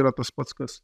yra tas pats kas